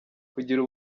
kugira